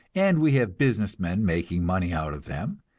and we have business men making money out of them,